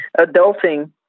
adulting